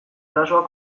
arazoa